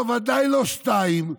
ודאי לא שתיים,